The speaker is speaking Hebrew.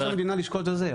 מותר למדינה לשקול את זה.